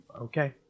Okay